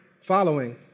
following